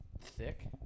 thick